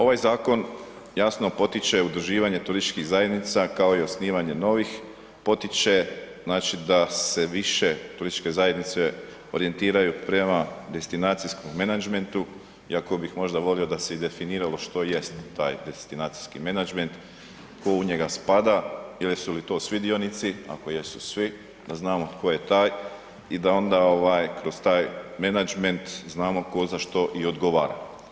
Ovaj zakon jasno potiče udruživanje turističkih zajednica, kao i osnivanje novih, potiče, znači, da se više turističke zajednice orijentiraju prema destinacijskom menadžmentu iako bih možda volio da se i definiralo što jest taj destinacijski menadžment, tko u njega spada, jesu li to svi dionici, ako jesu svi, da znamo tko je taj i da onda kroz taj menadžment znamo tko za što i odgovara.